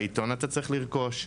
בעיתון אתה צריך לרכוש.